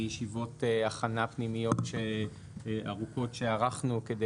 מישיבות הכנה פנימיות ארוכות שערכנו כדי